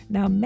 Now